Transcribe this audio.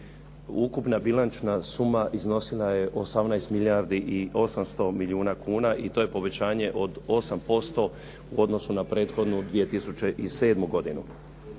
Ukupna bilančna suma iznosila je 18 milijardi i 800 milijuna kuna i to je povećanje od 8% u odnosu na prethodnu 2007. godinu.